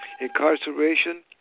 Incarceration